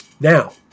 Now